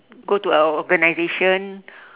go to a organisation